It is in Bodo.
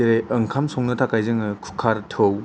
जेरै ओंखाम संनो थाखाय जोङाे कुखार थाै